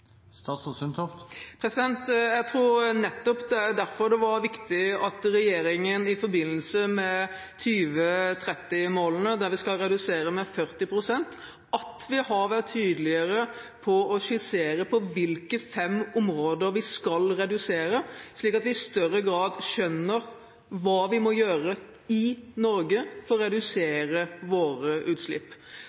Jeg tror det er nettopp derfor det er viktig at regjeringen i forbindelse med 2030-målene, der vi skal redusere med 40 pst., har vært tydeligere på å skissere på hvilke fem områder vi skal redusere, slik at vi i større grad skjønner hva vi må gjøre i Norge for å redusere våre utslipp.